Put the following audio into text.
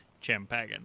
Champagne